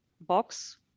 box